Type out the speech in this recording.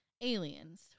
aliens